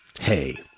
hey